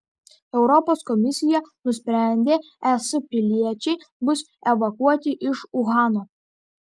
europos komisija nusprendė es piliečiai bus evakuoti iš uhano